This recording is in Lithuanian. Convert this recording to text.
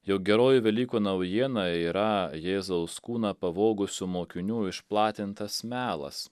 jau geroji velykų naujiena yra jėzaus kūną pavogusių mokinių išplatintas melas